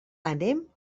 anem